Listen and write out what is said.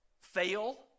fail